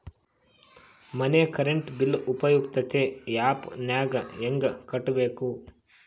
ಮನೆ current bill ಉಪಯುಕ್ತತೆ app ನಾಗ ಹೆಂಗ ಕಟ್ಟಬೇಕು?